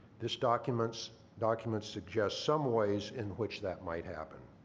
this document document suggests some ways in which that might happen.